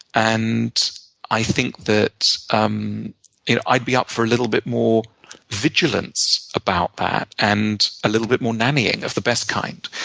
and i think that um i'd be up for a little bit more vigilance about that and a little bit more nannying of the best kind.